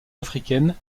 africaines